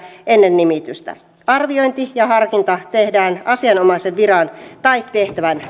ennen nimitystä arviointi ja harkinta tehdään asianomaisen viran tai tehtävän